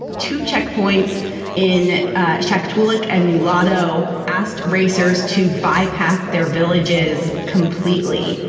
two checkpoints in ah check to like and new lardo asked racers to bypass their villages completely.